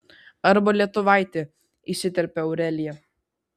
arba lietuvaitį įsiterpia aurelija